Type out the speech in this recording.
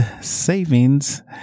savings